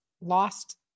lost